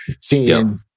Seeing